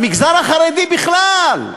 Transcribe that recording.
במגזר החרדי בכלל.